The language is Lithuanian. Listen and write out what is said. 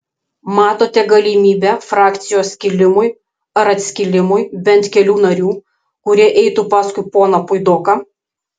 matote galimybę frakcijos skilimui ar atskilimui bent kelių narių kurie eitų paskui poną puidoką